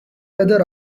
weather